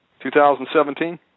2017